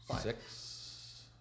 six